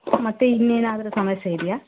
ಮತ್ತೆ ಇನ್ನೇನಾದರು ಸಮಸ್ಯೆ ಇದೆಯ